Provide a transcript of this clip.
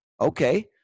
Okay